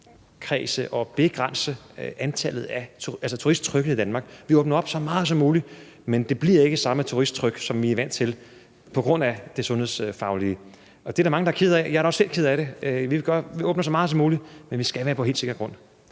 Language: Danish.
til at begrænse turisttrykket i Danmark. Vi åbner op så meget som muligt, men der bliver ikke det samme turisttryk, som vi er vant til, på grund af det sundhedsfaglige. Det er der mange der er kede af. Jeg er da også selv ked af det. Vi åbner så meget som muligt, men vi skal være på helt sikker grund.